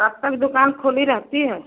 कब तक दुकान खुली रहती है